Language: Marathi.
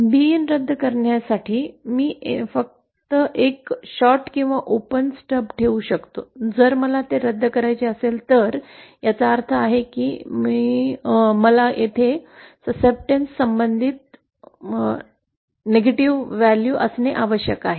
B in रद्द करण्यासाठी मी फक्त एक शॉर्ट किंवा ओपन स्टब ठेवू शकतो जर मला ते रद्द करायचे असेल तर याचा अर्थ असा आहे की मला येथे स्वीकृतीचे संबंधित नकारात्मक मूल्य असणे आवश्यक आहे